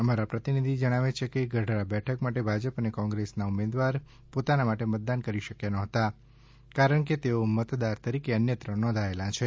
અમારા પ્રતિનિધિ જણાવે છે કે ગઢડા બેઠક માટે ભાજપ અને કોંગ્રેસના ઉમેદવાર પોતાના માટે મતદાન કરી શકયા નહોતા કારણ કે તેઓ મતદાર તરીકે અન્યત્ર નોંધાયેલા છે